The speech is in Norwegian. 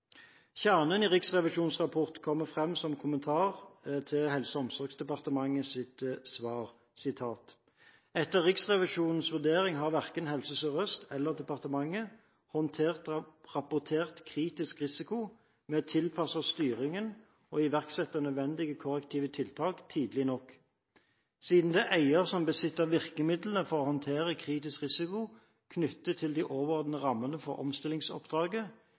Kjernen i Riksrevisjonens rapport kommer fram som kommentar til Helse- og omsorgsdepartementets svar: «Etter Riksrevisjonens vurdering har verken HSØ eller departementet håndtert rapportert kritisk risiko med å tilpasse styringen og iverksette nødvendige korrektive tiltak tidlig nok. Siden det er eier som besitter virkemidlene for å håndtere kritisk risiko knyttet til de overordnede rammene for omstillingsoppdraget,